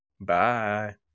Bye